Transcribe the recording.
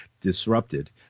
disrupted